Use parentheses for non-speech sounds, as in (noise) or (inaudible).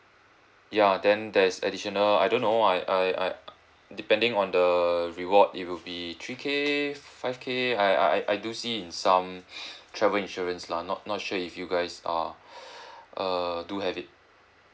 ya then there's additional I don't know I I I depending on the reward it will be three K five K I I I I do see in some (noise) travel insurance lah not not sure if you guys uh (breath) err do have it